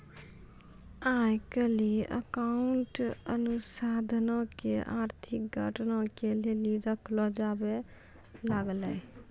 आइ काल्हि अकाउंटिंग अनुसन्धानो के आर्थिक घटना के लेली रखलो जाबै लागलै